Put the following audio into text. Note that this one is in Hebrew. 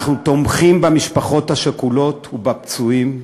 אנחנו תומכים במשפחות השכולות ובפצועים,